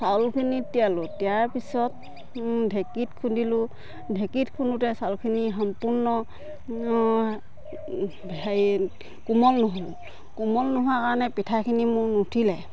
চাউলখিনি তিয়ালো তিওৱাৰ পিছত ঢেঁকীত খুন্দিলোঁ ঢেঁকীত খুন্দোতে চাউলখিনি সম্পূৰ্ণ হেৰি কোমল নহ'ল কোমল নোহোৱাৰ কাৰণে পিঠাখিনি মোৰ নুঠিলে